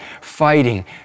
fighting